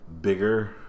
bigger